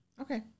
Okay